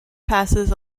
passes